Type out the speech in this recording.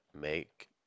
make